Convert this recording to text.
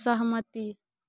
सहमति